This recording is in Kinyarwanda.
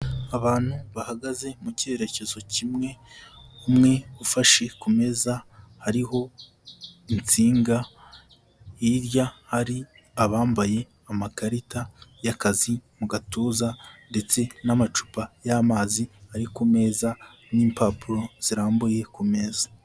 Abantu bahagaze mu cyerekezo kimwe, umwe ufashe ku meza hariho insinga hirya hari abambaye amakarita y'akazi mu gatuza, ndetse n'amacupa y'amazi ari ku meza n'impapuro zirambuye ku meza.